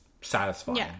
satisfying